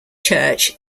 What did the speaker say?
church